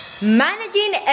Managing